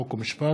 חוק ומשפט.